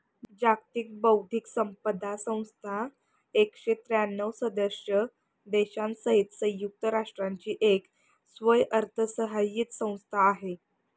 जागतिक बौद्धिक संपदा संस्था एकशे त्र्यांणव सदस्य देशांसहित संयुक्त राष्ट्रांची एक स्वयंअर्थसहाय्यित संस्था आहे